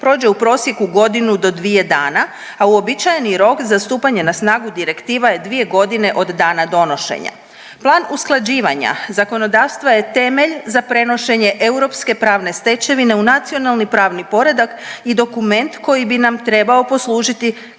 prođe u prosjeku godinu do dvije dana, a uobičajeni rok za stupanje na snagu direktiva je dvije godine od dana donošenja. Plan usklađivanja zakonodavstva je temelj za prenošenje europske pravne stečevine u nacionalni poredak i dokument koji bi nam trebao poslužiti